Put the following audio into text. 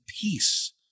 peace